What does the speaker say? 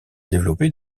développer